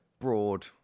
broad